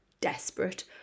desperate